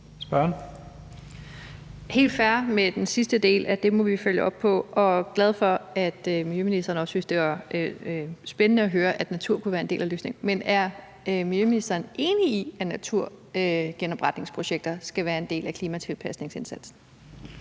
helt fair, at vi må følge op på den sidste del. Jeg er glad for, at miljøministeren også synes, at det var spændende at høre, at natur kunne være en del af løsningen. Men er miljøministeren enig i, at naturgenopretningsprojekter skal være en del af klimatilpasningsindsatsen?